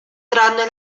tranne